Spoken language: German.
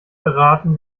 beraten